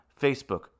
Facebook